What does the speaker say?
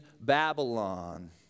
Babylon